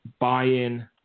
buy-in